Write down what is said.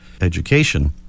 education